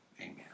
amen